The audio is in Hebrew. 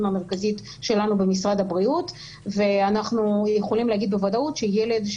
המרכזית שלנו במשרד הבריאות ואנחנו יכולים להגיד בוודאות שילד,